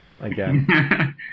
again